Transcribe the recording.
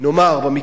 במקרה הזה,